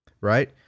right